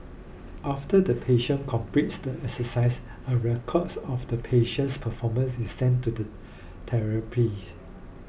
after the patient completes the exercise a record of the patient's performance is sent to the therapist